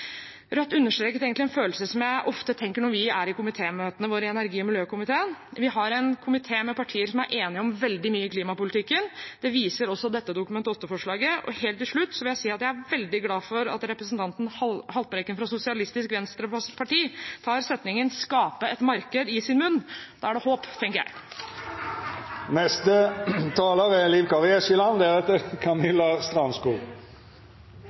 Rødt understreket egentlig en følelse jeg ofte har på møtene i energi- og miljøkomiteen. Vi har en komité med partier som er enige om veldig mye i klimapolitikken. Det viser også dette Dokument 8-forslaget. Helt til slutt vil jeg si at jeg er veldig glad for at representanten Haltbrekken fra Sosialistisk Venstreparti tar ordene «skape et marked» i sin munn. Da er det håp, tenker jeg.